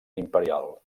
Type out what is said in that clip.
imperial